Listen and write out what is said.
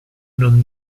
non